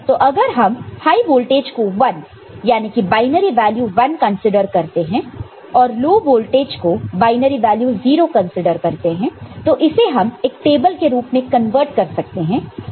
तो अगर हम हाई वोल्टेज को 1 यानी कि बायनरी वैल्यू 1 कंसीडर करते हैं और लो वोल्टेज को बायनरी वैल्यू 0 कंसीडर करते हैं तो इसे हम एक टेबल के रूप में कन्वर्ट कर सकते हैं